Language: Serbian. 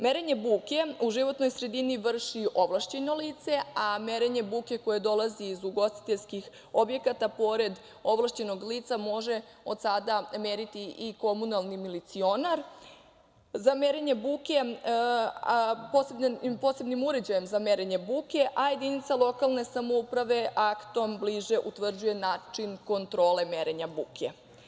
Merenje buke u životnoj sredini vrši ovlašćeno lice, a merenje buke koje dolazi iz ugostiteljskih objekata, pored ovlašćenog lica, može od sada meriti i komunalni milicionar posebnim uređajem za merenje buke, a jedinica lokalne samouprave aktom bliže utvrđuje način kontrole merenja buke.